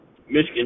Michigan